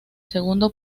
segundo